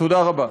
תודה רבה.